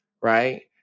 right